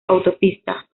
autopista